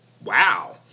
wow